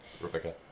Rebecca